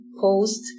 post